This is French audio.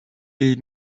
les